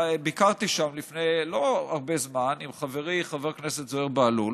ביקרתי שם לא לפני הרבה זמן עם חברי חבר הכנסת זוהיר בהלול